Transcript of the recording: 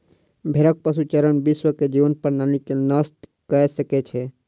भेड़क पशुचारण विश्व के जीवन प्रणाली के नष्ट कय सकै छै